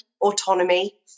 autonomy